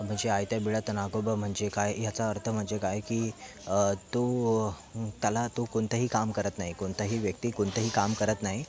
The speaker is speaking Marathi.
म्हणजे आयत्या बिळात नागोबा म्हणजे काय ह्याचा अर्थ म्हणजे काय की तो त्याला तो कोणतंही काम करत नाही कोणताही व्यक्ती कोणतंही काम करत नाही